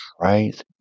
Right